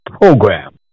program